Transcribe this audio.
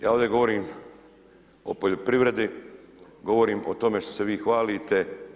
Ja ovdje govorim o poljoprivredi, govorim o tome što se vi hvalite.